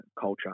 culture